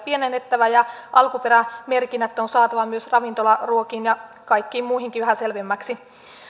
on pienennettävä ja alkuperämerkinnät on saatava myös ravintolaruokiin ja kaikkiin muihinkin vähän selvemmiksi